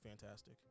fantastic